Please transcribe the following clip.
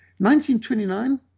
1929